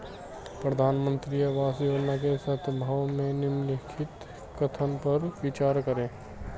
प्रधानमंत्री आवास योजना के संदर्भ में निम्नलिखित कथनों पर विचार करें?